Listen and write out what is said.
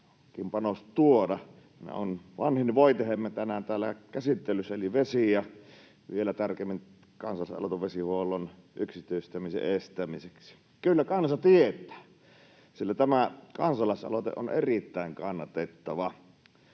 omakin panos tuoda. Tämä on vanhin voitehemme tänään täällä käsittelyssä eli vesi ja vielä tarkemmin kansalaisaloite vesihuollon yksityistämisen estämiseksi. Kyllä kansa tietää. Sillä tämä kansalaisaloite on erittäin kannatettava.